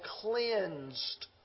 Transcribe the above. cleansed